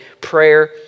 prayer